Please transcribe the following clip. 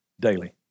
daily